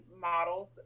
models